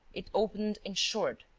it opened in short,